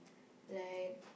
like